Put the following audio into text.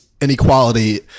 inequality